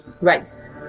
race